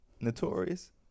Notorious